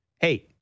hey